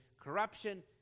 corruption